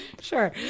Sure